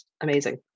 amazing